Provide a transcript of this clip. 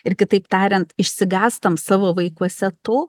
ir kitaip tariant išsigąstam savo vaikuose to